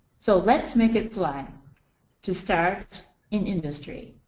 so let's make it fly to start an industry.